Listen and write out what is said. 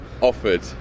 offered